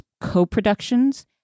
co-productions